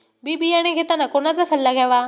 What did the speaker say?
बी बियाणे घेताना कोणाचा सल्ला घ्यावा?